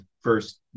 first